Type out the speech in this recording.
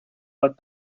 but